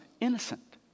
innocent